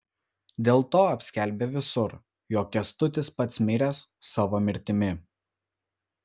dėlto apskelbė visur jog kęstutis pats miręs savo mirtimi